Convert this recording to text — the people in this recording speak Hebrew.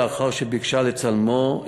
לאחר שביקשה לצלמו,